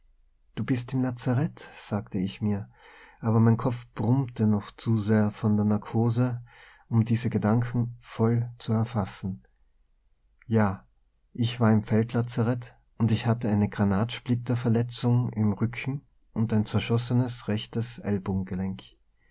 du bist im lazarett sagte ich mir aber mein kopf brummte noch zu sehr von der narkose um diesen gedanken voll zu erfassen ja ich war im feldlazarett und ich hatte eine granatsplitterverletzung im rücken und ein zerschossenes rechtes